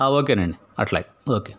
ఓకేనండి అలాగే ఓకే